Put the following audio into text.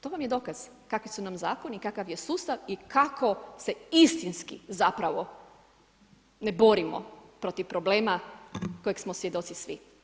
To vam je dokaz kakvi su nam zakoni, kakav je sustav i kako se istinski zapravo ne borimo protiv problema, koji smo svjedoci svi.